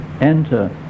enter